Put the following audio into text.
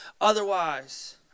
Otherwise